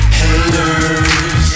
haters